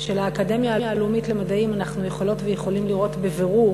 של האקדמיה הלאומית למדעים אנחנו יכולות ויכולים לראות בבירור